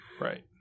Right